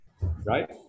right